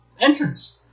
entrance